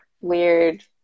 weird